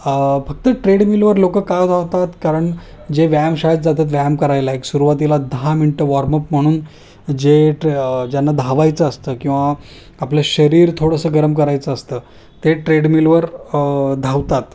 फक्त ट्रेडमिलवर लोक का धा वतात कारण जे व्यायामशाळेत जातात व्यायाम करायला एक सुरुवातीला दहा मिनटं वॉर्म अप म्हणून जे ट्रे ज्यांना धावायचं असतं किंवा आपलं शरीर थोडंसं गरम करायचं असतं ते ट्रेडमिलवर धावतात